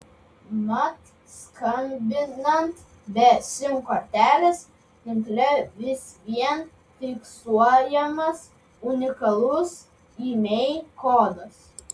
mat skambinant be sim kortelės tinkle vis vien fiksuojamas unikalus imei kodas